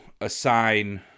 assign